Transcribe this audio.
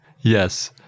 Yes